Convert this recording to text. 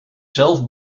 zelf